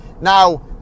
Now